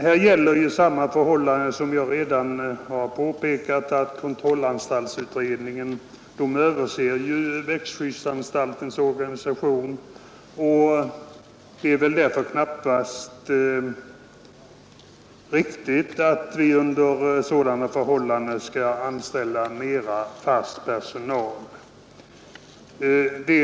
Här gäller samma förhållande som jag redan påpekat: att kontrollanstaltsutredningen överser statens växtskyddsanstalts organisation, Det skulle väl knappast vara riktigt att under sådana förhållanden utöka den fasta personalen.